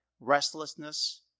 restlessness